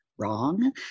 wrong